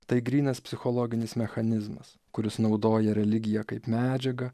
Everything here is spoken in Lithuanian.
tai grynas psichologinis mechanizmas kuris naudoja religiją kaip medžiagą